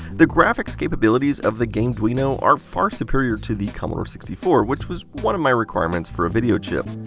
the graphics capabilities of the gameduino are far superior to the commodore sixty four, which was one of my requirements for a video chip.